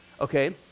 okay